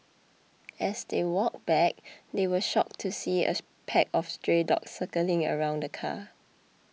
as they walked back they were shocked to see a pack of stray dogs circling around the car